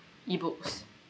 e-books